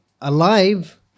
alive